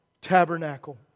tabernacle